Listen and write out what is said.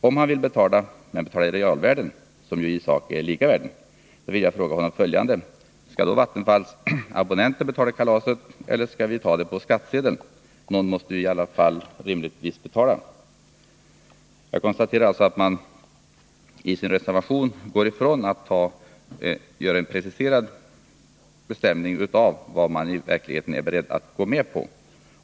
Om han vill betala men betala i realvärden — som i sak är lika värden -— vill jag fråga honom följande: Skall då Vattenfalls abonnenter betala kalaset eller skall vi ta det på skattsedeln? Någon måste ju i alla fall rimligen betala. Jag konstaterar alltså att man i sin reservation inte gör någon preciserad bestämning av vad man i verkligheten är beredd att gå med på.